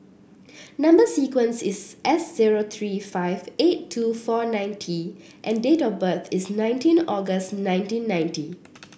number sequence is S zero three five eight two four nine T and date of birth is nineteen August nineteen ninety